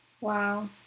Wow